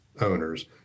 owners